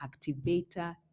activator